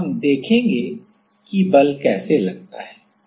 और हम देखेंगे कि बल कैसे लगता है